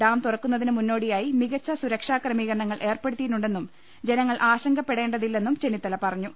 dam തുറക്കുന്നതിനു മുന്നോടിയായി മികച്ച സുരക്ഷാക്രമീകരണങ്ങൾ ഏർപ്പെടുത്തിയിട്ടുണ്ടെന്നും ജനങ്ങൾ ആശങ്കപ്പെ ടേണ്ടതില്ലെന്നും ചെന്നിത്തല പറഞ്ഞു